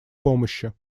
помощи